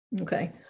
Okay